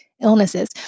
illnesses